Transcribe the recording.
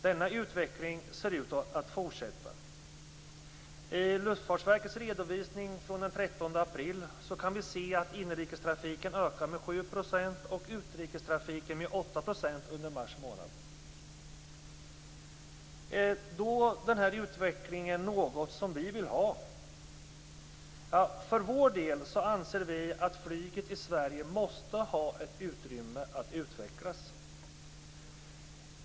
Denna utveckling ser ut att fortsätta. I Luftfartsverkets redovisning från den 13 april kan vi se att inrikestrafiken ökar med 7 % och utrikestrafiken med 8 % under mars månad. Är då denna utveckling något som vi vill ha? För vår del anser vi att flyget i Sverige måste ha utrymme att utvecklas.